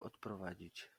odprowadzić